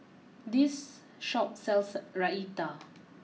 this shop sells Raita